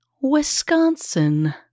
Wisconsin